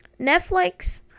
Netflix